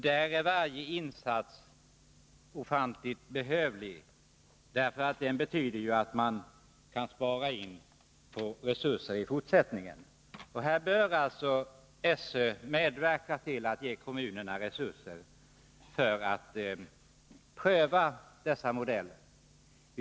Där är varje insats ofantligt viktig, därför att den betyder att man kan spara resurser i fortsättningen. Här bör alltså SÖ medverka till att ge kommunerna resurser för att pröva dessa modeller.